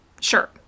Sure